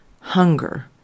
hunger